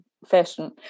fashion